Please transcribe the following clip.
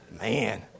Man